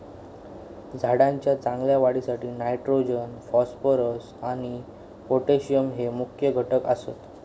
झाडाच्या चांगल्या वाढीसाठी नायट्रोजन, फॉस्फरस आणि पोटॅश हये मुख्य पोषक घटक आसत